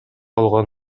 болгон